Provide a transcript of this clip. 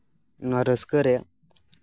ᱚᱱᱟ ᱨᱟᱹᱥᱠᱟᱹ ᱨᱮ